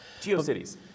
GeoCities